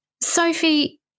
Sophie